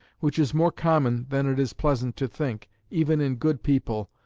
which is more common than it is pleasant to think, even in good people,